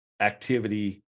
activity